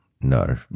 No